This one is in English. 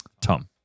Tom